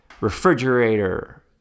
refrigerator